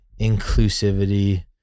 inclusivity